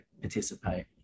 participate